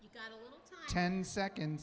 you got ten seconds